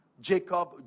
Jacob